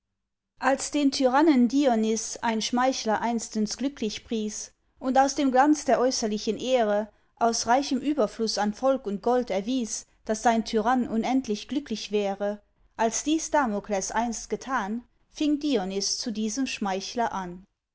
als den tyrannen dionys ein schmeichler einstens glücklich pries und aus dem glanz der äußerlichen ehre aus reichem überfluß an volk und gold erwies daß sein tyrann unendlich glücklich wäre als dies damokles einst getan fing dionys zu diesem schmeichler an